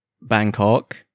Bangkok